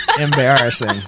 embarrassing